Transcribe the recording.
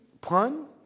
Pun